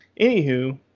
anywho